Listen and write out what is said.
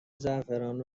زعفران